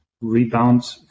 rebound